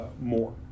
more